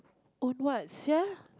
on what sia